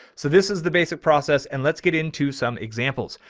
so this is the basic process and let's get into some examples.